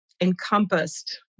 encompassed